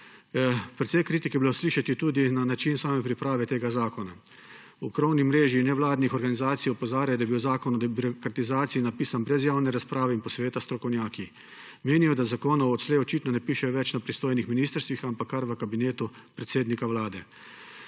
Precej kritik je bilo slišati tudi glede načina same priprave tega zakona. V krovni mreži nevladnih organizacij opozarjajo, da je bil zakon o debirokratizaciji napisan brez javne razprave in posveta s strokovnjaki. Menijo, da zakonov odslej očitno ne pišejo več na pristojnih ministrstvih, ampak kar v Kabinetu predsednika Vlade.